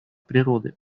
природы